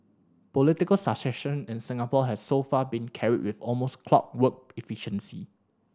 political succession in Singapore has so far been carried with almost clockwork efficiency